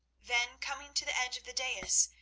then coming to the edge of the dais,